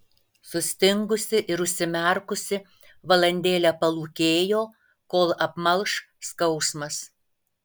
sustingusi ir užsimerkusi valandėlę palūkėjo kol apmalš skausmas